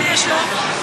כמה זמן יש לו?